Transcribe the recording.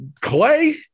Clay